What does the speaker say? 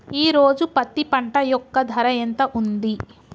ఈ రోజు పత్తి పంట యొక్క ధర ఎంత ఉంది?